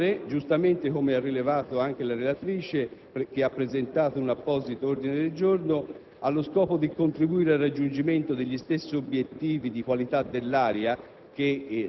come ha giustamente rilevato anche la relatrice, che ha presentato un apposito ordine del giorno, allo scopo di contribuire al raggiungimento degli stessi obiettivi di qualità dell'aria